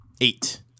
Eight